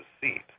seat